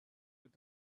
with